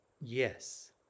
Yes